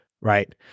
right